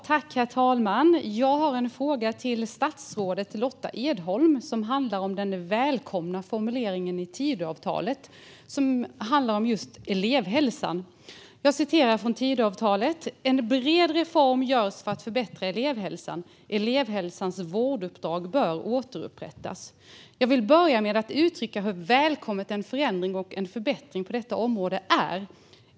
Herr talman! Jag har en fråga till statsrådet Lotta Edholm om den välkomna formuleringen i Tidöavtalet om elevhälsan. Av Tidöavtalet framgår att en bred reform ska göras för att förbättra elevhälsan. Elevhälsans vårduppdrag bör återupprättas. Jag vill börja med att uttrycka hur välkommen en förändring och en förbättring på området är.